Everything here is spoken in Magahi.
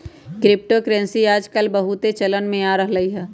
क्रिप्टो करेंसी याजकाल बहुते चलन में आ रहल हइ